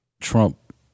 Trump